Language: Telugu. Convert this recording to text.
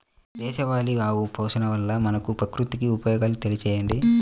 దేశవాళీ ఆవు పోషణ వల్ల మనకు, ప్రకృతికి ఉపయోగాలు తెలియచేయండి?